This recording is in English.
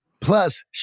Plus